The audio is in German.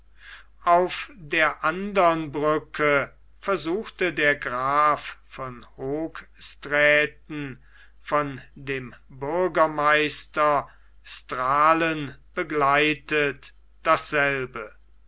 auf der andern brücke versuchte der graf von hoogstraaten von dem bürgermeister strahlen begleitet dasselbe